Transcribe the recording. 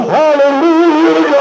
hallelujah